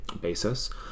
basis